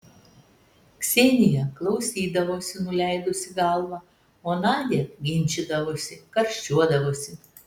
ksenija klausydavosi nuleidusi galvą o nadia ginčydavosi karščiuodavosi